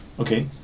Okay